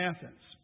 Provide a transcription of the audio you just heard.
Athens